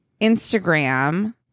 Instagram